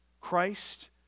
Christ